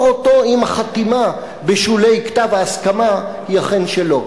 אותו אם החתימה בשולי כתב ההסכמה היא אכן שלו.